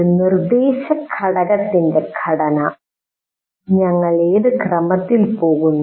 ഒരു നിർദ്ദേശഘടകത്തിന്റെ ഘടന ഞങ്ങൾ ഏത് ക്രമത്തിൽ പോകുന്നു